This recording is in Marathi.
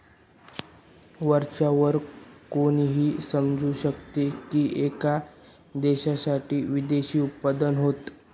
वरच्या वर कोणीही समजू शकतो की, एका देशासाठी विदेशी उत्पन्न होत